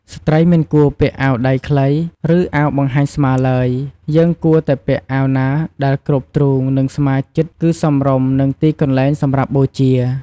ស្ត្រីមិនគួរពាក់អាវដៃខ្លីឬអាវបង្ហាញស្មាទ្បើយ យើងគួរតែពាក់អាវណាដែលគ្របទ្រូងនិងស្មាជិតគឺសមរម្យនឹងទីកន្លែងសម្រាប់បូជា។